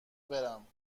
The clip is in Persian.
برم